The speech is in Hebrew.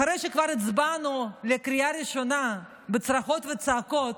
אחרי שכבר הצבענו בקריאה ראשונה בצרחות וצעקות,